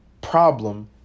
problem